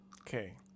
okay